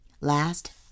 Last